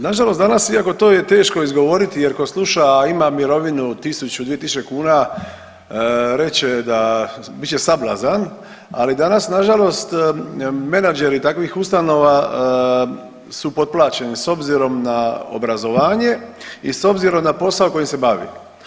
Nažalost, danas iako to je teško izgovoriti jer ko sluša a ima mirovinu od 1000-2000 kuna reći će da, bit će sablazan, ali danas nažalost menadžeri takvih ustanova su potplaćeni s obzirom na obrazovanje i s obzirom na posao kojim se bavi.